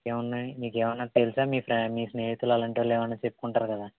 ఇంకేం ఉన్నాయి నీకు ఏవన్నా తెలుసా మీ స్నేహితులు అలాంటి వాళ్ళు ఏమైనా చెప్పి ఉంటారు కదా